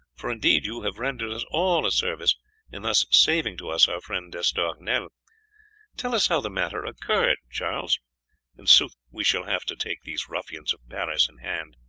for indeed you have rendered us all a service in thus saving to us our friend d'estournel. tell us how the matter occurred, charles in sooth, we shall have to take these ruffians of paris in hand.